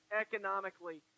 economically